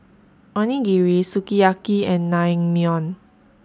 Onigiri Sukiyaki and Naengmyeon